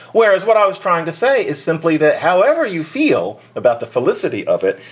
whereas what i was trying to say is simply that however you feel about the felicity of it,